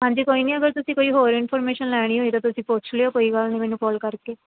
ਹਾਂਜੀ ਕੋਈ ਨਹੀਂ ਅਗਰ ਤੁਸੀਂ ਕੋਈ ਹੋਰ ਇਨਫੋਰਮੇਸ਼ਨ ਲੈਣੀ ਹੋਈ ਤਾਂ ਤੁਸੀਂ ਪੁੱਛ ਲਿਓ ਕਈ ਗੱਲ ਨਹੀਂ ਮੈਨੂੰ ਕਾਲ ਕਰਕੇ